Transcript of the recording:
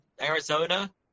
Arizona